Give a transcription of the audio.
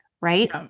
Right